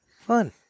Fun